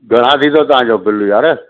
घणा थींदो तव्हांजो बिल यारु